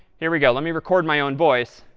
here we go. let me record my own voice.